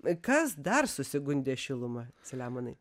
kas dar susigundė šiluma selemonai